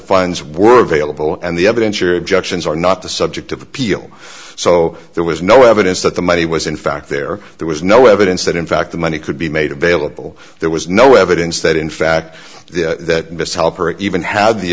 funds were available and the evidence or objections are not the subject of appeal so there was no evidence that the money was in fact there there was no evidence that in fact the money could be made available there was no evidence that in fact that this helper even had the